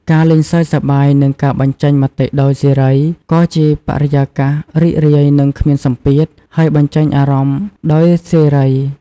ការលេងសើចសប្បាយ និងការបញ្ចេញមតិដោយសេរី ក៏ជាបរិយាកាសរីករាយ និងគ្មានសម្ពាធ ហើយបញ្ចេញអារម្មណ៍ដោយសេរី។